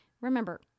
Remember